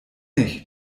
ich